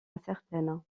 incertaine